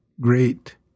great